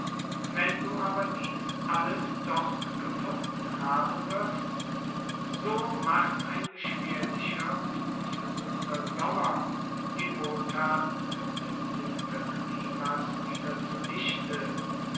wenn du aber dies alles dort gefunden haben wirst so macht ein beschwerlicher und ungesunder sommer die wohlthaten des winterklima's wieder